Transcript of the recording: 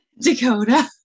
Dakota